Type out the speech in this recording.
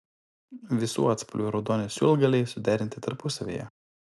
visų atspalvių raudoni siūlgaliai suderinti tarpusavyje